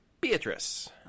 Beatrice